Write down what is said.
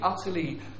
utterly